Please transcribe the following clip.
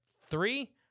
Three